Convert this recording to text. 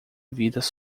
vidas